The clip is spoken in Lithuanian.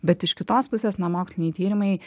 bet iš kitos pusės na moksliniai tyrimai